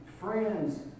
friends